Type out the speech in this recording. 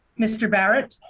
mr barrett